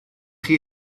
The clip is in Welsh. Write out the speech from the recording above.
chi